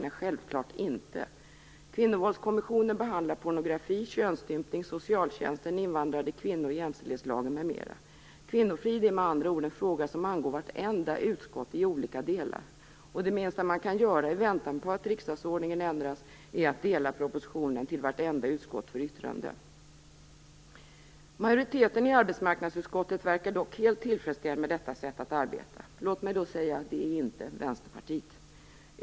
Nej, självklart inte. Kvinnovåldskommissionen behandlar pornografi, könsstympning, socialtjänsten, invandrade kvinnor, jämställdhetslagen, m.m. Kvinnofrid är med andra ord en fråga som angår vartenda utskott i olika delar. Det minsta man kan göra - i väntan på att riksdagsordningen ändras - är att remittera propositionen till vartenda utskott för yttrande. Majoriteten i arbetsmarknadsutskottet verkar dock helt tillfredsställd med detta sätt att arbeta. Låt mig då säga: Det är inte Vänsterpartiet!